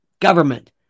government